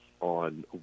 on